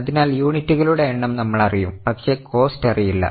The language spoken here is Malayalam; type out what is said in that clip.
അതിനാൽ യൂണിറ്റുകളുടെ എണ്ണം നമ്മൾ അറിയും പക്ഷെ കോസ്റ്റ് അറിയില്ല